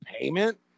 payment